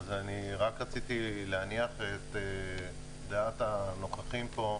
אני רק רוצה להניח את דעת הנוכחים פה: